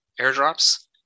airdrops